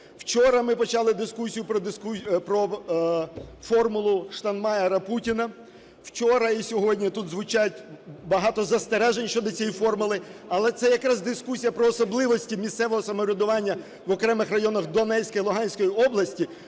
Вчора ми почали дискусію про "формулу Штайнмайєра-Путіна". Вчора і сьогодні тут звучать багато застережень щодо цієї формули, але це якраз дискусія про особливості місцевого самоврядування в окремих районах Донецької і Луганської області